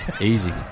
easy